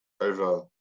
over